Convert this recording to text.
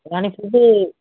కానీ ఫుడ్డు